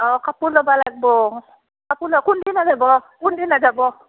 অ' কাপোৰ ল'ব লাগিব কাপোৰ ল কোনদিনা যাব কোনদিনা যাব